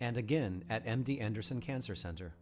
and again at m d anderson cancer center